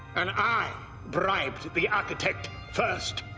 and i bribed the architect first!